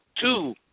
two